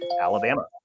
Alabama